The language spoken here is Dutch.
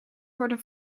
worden